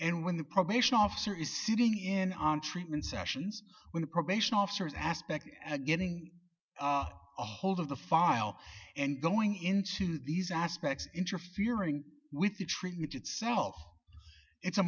and when the probation officer is sitting in on treatment sessions with the probation officers aspect getting a hold of the file and going into these aspects interfering with the treatment itself it's a